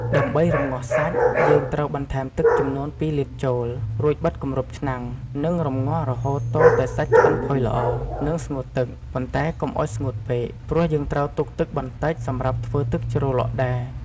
ដើម្បីរម្ងាស់សាច់ យើងត្រូវបន្ថែម ទឹកចំនួន២លីត្រ ចូល រួចបិទគម្របឆ្នាំង និងរម្ងាស់រហូតទាល់តែសាច់ឆ្អិនផុយល្អ និងស្ងួតទឹក ប៉ុន្តែកុំឱ្យស្ងួតពេក ព្រោះយើងត្រូវទុកទឹកបន្តិចសម្រាប់ធ្វើទឹកជ្រលក់ដែរ។